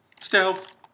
Stealth